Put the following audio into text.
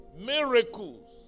miracles